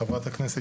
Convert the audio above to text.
חברת הכנסת,